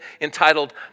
entitled